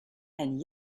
and